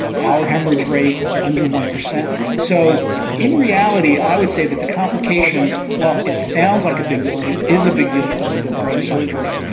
our haemorrhage rate is under one percent so in reality i would say that the complications while it sounds like a big deal, and it is a big deal to undergo brain surgery,